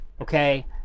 okay